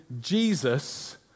Jesus